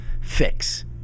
fix